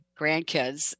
grandkids